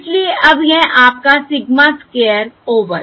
इसलिए अब यह आपका सिग्मा स्क्वायर ओवर